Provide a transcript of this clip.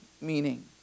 meaning